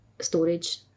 storage